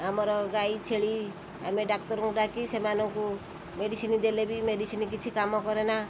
ଆମର ଗାଈ ଛେଳି ଆମେ ଡାକ୍ତରଙ୍କୁ ଡାକି ସେମାନଙ୍କୁ ମେଡ଼ିସିନ୍ ଦେଲେ ବି ମେଡ଼ିସିନ୍ କିଛି କାମ କରେନା